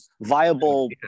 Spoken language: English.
viable